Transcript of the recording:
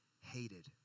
hated